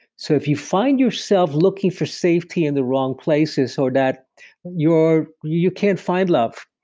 so, if you find yourself looking for safety in the wrong places, or that you're you you can't find love.